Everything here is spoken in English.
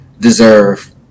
deserve